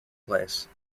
place